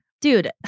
dude